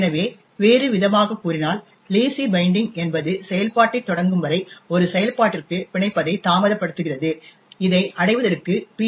எனவே வேறுவிதமாகக் கூறினால் லேசி பைண்டிங் என்பது செயல்பாட்டைத் தொடங்கும் வரை ஒரு செயல்பாட்டிற்கு பிணைப்பதை தாமதப்படுத்துகிறது இதை அடைவதற்கு பி